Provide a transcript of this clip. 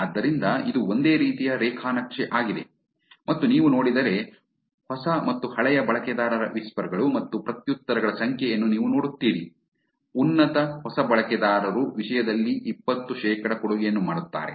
ಆದ್ದರಿಂದ ಇದು ಒಂದೇ ರೀತಿಯ ರೇಖಾ ನಕ್ಷೆ ಆಗಿದೆ ಮತ್ತು ನೀವು ನೋಡಿದರೆ ಹೊಸ ಮತ್ತು ಹಳೆಯ ಬಳಕೆದಾರರ ವಿಸ್ಪರ್ ಗಳು ಮತ್ತು ಪ್ರತ್ಯುತ್ತರಗಳ ಸಂಖ್ಯೆಯನ್ನು ನೀವು ನೋಡುತ್ತೀರಿ ಉನ್ನತ ಹೊಸ ಬಳಕೆದಾರರು ವಿಷಯದಲ್ಲಿ ಇಪ್ಪತ್ತು ಶೇಕಡಾ ಕೊಡುಗೆಯನ್ನು ಮಾಡುತ್ತಾರೆ